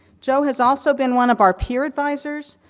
joe has also been one of our peer advisors,